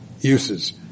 uses